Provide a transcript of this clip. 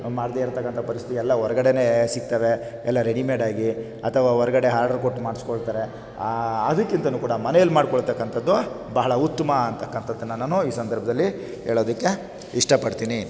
ಮಾಡದೇ ಇರ್ತಕ್ಕಂಥ ಪರಿಸ್ಥಿತಿ ಎಲ್ಲ ಹೊರಗಡೆನೇ ಸಿಗ್ತವೆ ಎಲ್ಲ ರೆಡಿಮೇಡಾಗಿ ಅಥವಾ ಹೊರಗಡೆ ಹಾರ್ಡ್ರ್ ಕೊಟ್ಟು ಮಾಡಿಸ್ಕೊಳ್ತಾರೆ ಅದಕ್ಕಿಂತ ಕೂಡ ಮನೆಯಲ್ಲಿ ಮಾಡಿಕೊಳ್ತಕ್ಕಂಥದ್ದು ಬಹಳ ಉತ್ತಮ ಅಂತಕ್ಕಂಥದ್ದನ್ನು ನಾನು ಈ ಸಂದರ್ಭದಲ್ಲಿ ಹೇಳೋದಿಕ್ಕೆ ಇಷ್ಟಪಡ್ತೀನಿ